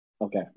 Okay